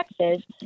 Texas